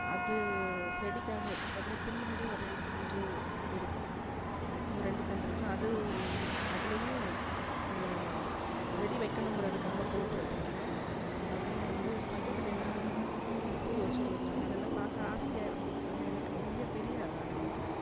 அது செடிக்காக வச்சுருக்கேன் அப்புறம் பின்னாடி ஒரு ரெண்டு சென்ட்டு இருக்கும் மேக்ஸிமம் ரெண்டு சென்ட்டு இருக்கும் அது அதுலையும் செடி வைக்கணும்ங்கிறதுக்காக போட்டு வச்சுருந்தேன் அப்புறம் வந்து பக்கத்தில் எல்லாம் இந்த பூ வச்சுட்டு வருவாங்க அதெல்லாம் பார்க்க ஆசையாக இருக்கும் ஆனால் அது எனக்கு செய்ய தெரியாது ஆரம்பத்தில்